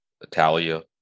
Italia